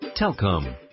Telcom